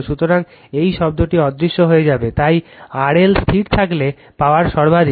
সুতরাং এই শব্দটি অদৃশ্য হয়ে যাবে তাই RL স্থির থাকলে পাওয়ার সর্বাধিক